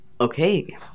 Okay